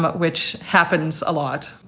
but which happens. a lot.